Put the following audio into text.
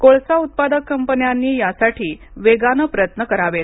कोळसा उत्पादक कंपन्यांनी यासाठी वेगाने प्रयत्न करावेत